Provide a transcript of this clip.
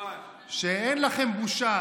שאין להם בושה.